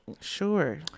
Sure